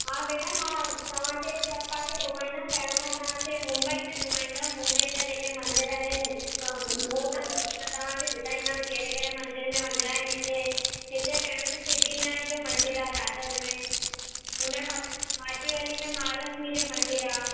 हा भेण मां तव्हांखे सभ पासे घुमाईंदमि पहिरों मां तव्हांखे मुंबई में घुमाईंदमि मुंबई जा जेके मंदर आहिनि मां तव्हांखे ॿुधाईंदमि कहिड़े कहिड़े मंदर में वञिणा आहिनि हिते हिते पहिरों त सिद्धीविनायक जो मंदरु आहे दादर में हुन खां हाजी अली में महालक्ष्मी जो मंदरु आहे